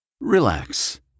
Relax